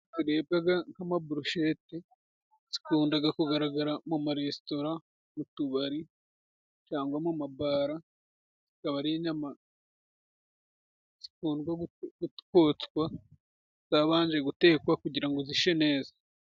Ziribwaga nk'amaburushete, zikundaga kugaragara mu maresitora, mu tubari cyangwa mu mabara, zikaba ari inyama zikundwa kotswa zabanje gutekwa, kugira ngo zishe neza.